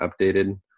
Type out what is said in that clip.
updated